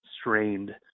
strained